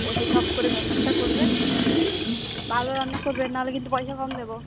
এসে ঝপ করে ব্যবস্থা করবেন ভালো রান্না করবেন নাহলে কিন্তু পয়সা কম দেবো